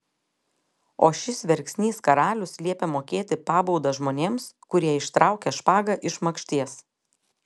o šis verksnys karalius liepia mokėti pabaudą žmonėms kurie ištraukia špagą iš makšties